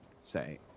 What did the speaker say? say